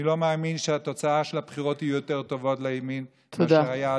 אני לא מאמין שהתוצאות של הבחירות יהיו יותר טובות לימין ממה שהיה,